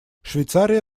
швейцария